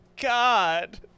God